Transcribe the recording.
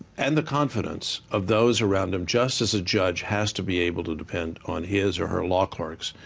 and the confidence of those around him just as a judge has to be able to depend on his or her law clerks,